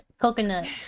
Coconut